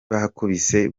bakubise